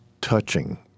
touching